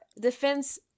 defense